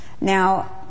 Now